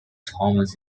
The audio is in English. thomas